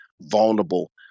vulnerable